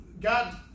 God